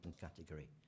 category